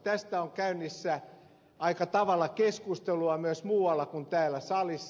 tästä on käynnissä aika tavalla keskustelua myös muualla kuin täällä salissa